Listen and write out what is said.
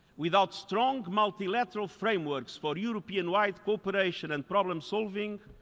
without strong multilateral frameworks for european-wide cooperation and problem-solving,